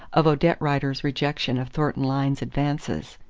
of odette rider's rejection of thornton lyne's advances.